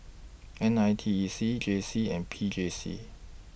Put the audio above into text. N I T E C J C and P J C